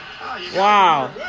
Wow